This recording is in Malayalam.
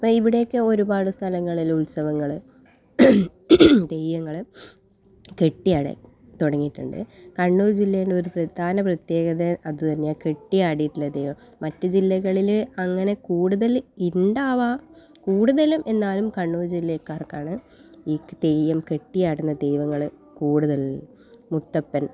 അപ്പം ഇവിടേയൊക്കെ ഒരുപാട് സ്ഥലങ്ങളിൽ ഉത്സവങ്ങൾ തെയ്യങ്ങൾ കെട്ടി ആടുക തുടങ്ങിട്ട്ണ്ട് കണ്ണൂർ ജില്ലേനെ ഒരു പ്രധാന പ്രത്യേകത അതുതന്നെയാണ് കെട്ടി ആടീട്ടുള്ള ദൈവം മറ്റ് ജില്ലകളിൽ അങ്ങനെ കൂടുതൽ ഉണ്ടാവാം കൂടുതലും എന്നാലും കണ്ണൂർ ജില്ലക്കാർക്കാണ് ഈ തെയ്യം കെട്ടി ആടുന്ന ദൈവങ്ങളെ കൂടുതൽ മുത്തപ്പൻ